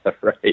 Right